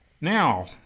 Now